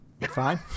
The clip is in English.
Fine